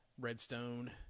Redstone